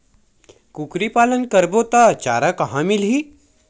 कुकरी पालन करबो त चारा कहां मिलही?